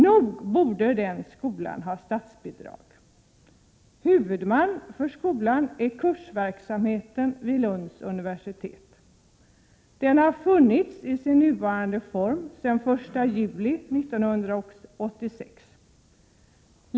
Nog borde den skolan ha statsbidrag. Huvudman för skolan är Kursverksamheten vid Lunds universitet. Skolan har funnits i sin nuvarande form sedan den 1 juli 1986.